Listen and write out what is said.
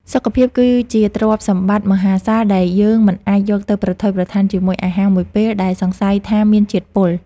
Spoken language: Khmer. សុខភាពគឺជាទ្រព្យសម្បត្តិមហាសាលដែលយើងមិនអាចយកទៅប្រថុយប្រថានជាមួយអាហារមួយពេល ដែលសង្ស័យថាមានជាតិពុល។